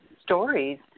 stories